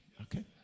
Okay